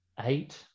eight